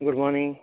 good morning